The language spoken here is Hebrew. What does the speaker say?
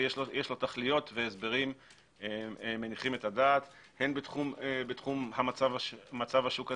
יש לו תכליות והסברים מניחים את הדעת הן בתחום מצב השוק הזה,